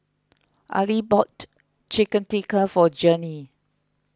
Arlie bought Chicken Tikka for Journey